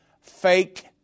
fake